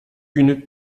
une